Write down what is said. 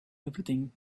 everything